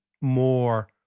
more